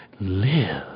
live